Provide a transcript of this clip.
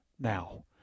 now